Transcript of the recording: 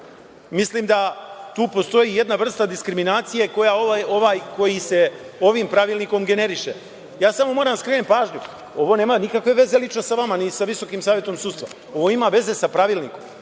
ja. Mislim da tu postoji jedna vrsta diskriminacije koja se ovim Pravilnikom generiše. Samo moram da skrenem pažnju, ovo nema nikakve veze sa vama ni sa Visokim savetom sudstva, ovo ima veze sa Pravilnikom,